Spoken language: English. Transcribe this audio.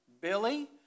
Billy